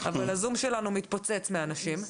אבל הזום שלנו מתפוצץ מאנשים.